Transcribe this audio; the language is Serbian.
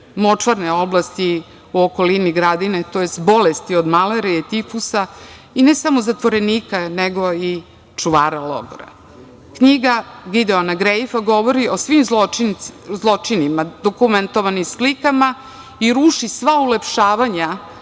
močvarne oblati u okolini Gradine, tj. bolesti od malarije i tifusa i ne samo zatvorenika, nego i čuvara logora. Knjiga Gideona Grajf govori o svim zločinima, dokumentovanih slikama i ruši sva ulepšavanja